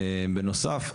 בנוסף,